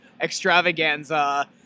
extravaganza